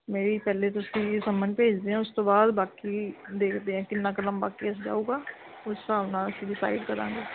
ਮੇਰੀ ਪਹਿਲੇ ਤੁਸੀਂ ਸਮਨ ਭੇਜ ਦਿਓ ਉਸ ਤੋਂ ਬਾਅਦ ਬਾਕੀ ਦੇਖਦੇ ਹਾਂ ਕਿੰਨਾ ਕ ਲੰਬਾ ਕੇਸ ਜਾਊਗਾ ਉਸ ਹਿਸਾਬ ਨਾਲ ਅਸੀਂ ਡਿਸਾਇਡ ਕਰਾਂਗੇ